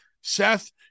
Seth